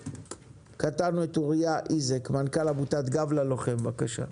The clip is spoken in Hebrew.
קטענו את אוריה איזק מעמותת גב ללוחם בבקשה.